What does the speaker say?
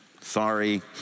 Sorry